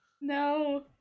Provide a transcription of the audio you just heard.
no